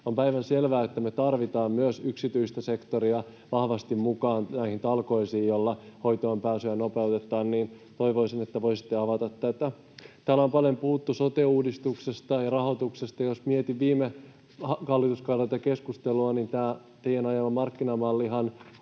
on päivänselvää, että me tarvitaan myös yksityistä sektoria vahvasti mukaan näihin talkoisiin, joilla hoitoonpääsyä nopeutetaan, niin toivoisin, että voisitte avata tätä. Täällä on paljon puhuttu sote-uudistuksesta ja rahoituksesta. Jos mietin viime hallituskaudelta keskustelua, niin tämä teidän ajamanne markkinamallihan